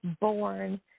born